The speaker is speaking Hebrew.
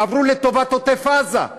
עברו לטובת עוטף-עזה,